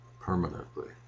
permanently